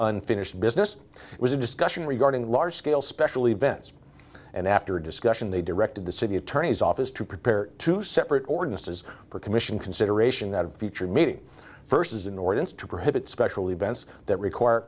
unfinished business was a discussion regarding large scale special events and after discussion they directed the city attorney's office to prepare two separate ordinances for commission consideration that a future meeting first is in order to prohibit special events that require